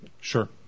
Sure